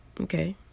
okay